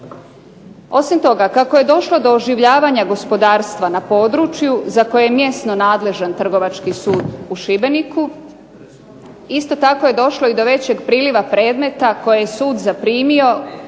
Osim toga, kako je došlo do oživljavanja gospodarstva na području za koji je mjesno nadležan Trgovački sud u Šibeniku isto tako je došlo i do većeg priliva predmeta koje je sud zaprimio